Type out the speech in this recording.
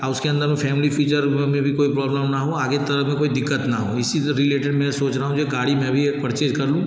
और उसके अंदर वो फ़ैमली फ़ीचर में भी कोई प्रॉब्लम ना हो आगे तरह में कोई दिक़्क़त ना हो इसी से रिलेटेड मैं सोच रहा हूँ कि गाड़ी मैं भी एक परचेज कर लूँ